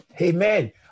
amen